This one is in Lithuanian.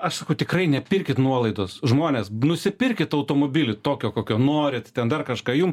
aš sakau tikrai nepirkit nuolaidos žmonės nusipirkit automobilį tokio kokio norit ten dar kažką jum